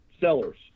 sellers